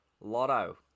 Lotto